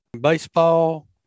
baseball